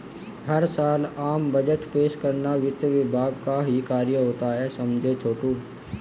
हर साल आम बजट पेश करना वित्त विभाग का ही कार्य होता है समझे छोटू